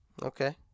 Okay